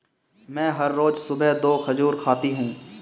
मैं हर रोज सुबह दो खजूर खाती हूँ